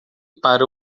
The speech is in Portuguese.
para